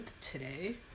today